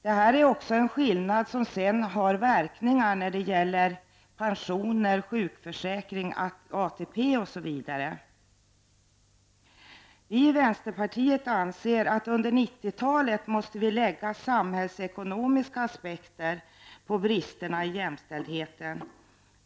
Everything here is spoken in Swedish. Det är också en skillnad som sedan har verkningar för pensioner, sjukförsäkring, ATP etc. Vänsterpartiet anser att vi under 1990-talet måste vi lägga samhällsekonomiska aspekter på bristerna i jämställdheten.